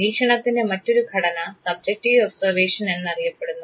നിരീക്ഷണത്തിൻറെ മറ്റൊരു ഘടന subjective observation എന്നറിയപ്പെടുന്നു